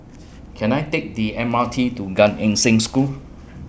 Can I Take The M R T to Gan Eng Seng School